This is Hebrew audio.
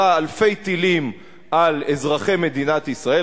וירה אלפי טילים על אזרחי מדינת ישראל.